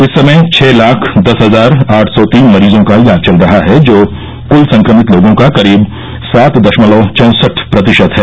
इस समय छः लाख दस हजार आठ सौ तीन मरीजों का इलाज चल रहा है जो क्ल संक्रमित लोगों का करीब सात दशमलव चौंसठ प्रतिशत है